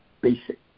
basic